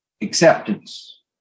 acceptance